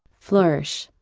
flourish.